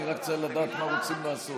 אני רק צריך לדעת מה רוצים לעשות.